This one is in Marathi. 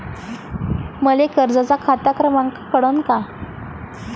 मले कर्जाचा खात क्रमांक कळन का?